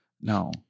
no